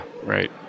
Right